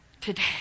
today